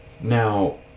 Now